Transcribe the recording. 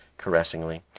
caressingly.